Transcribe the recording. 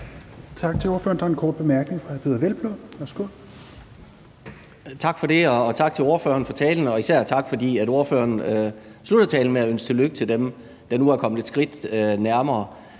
Tak til ordføreren. Der er en kort bemærkning